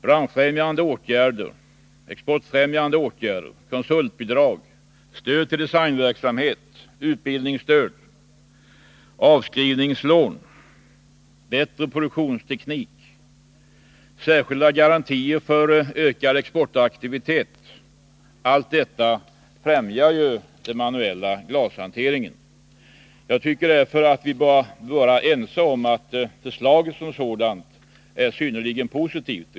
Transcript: Branschfrämjande åtgärder, exportfrämjande åtgärder, konsultbidrag, stöd till designverksamhet, utbildningsstöd, avskrivningslån, bättre produktionsteknik, särskilda garantier för ökad exportaktivitet — allt detta främjar ju den manuella glashanteringen. Därför bör vi vara överens om att förslaget som sådant är synnerligen positivt.